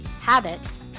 habits